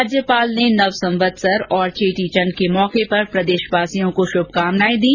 राज्यपाल ने नव संवत्सर और चेटीचण्ड के अवसर पर प्रदेशवासियों को शुभकामनाएं दी